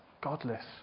godless